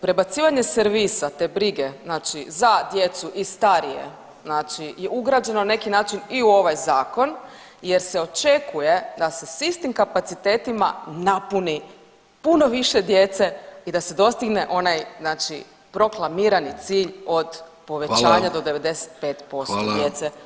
Prebacivanje servisa, te brige znači za djecu i starije znači je ugrađeno na neki način i u ovaj zakon jer se očekuje da se s istim kapacitetima napuni puno više djece i da se dostigne onaj znači proklamirani cilj od povećanja [[Upadica: Hvala.]] od 95% djece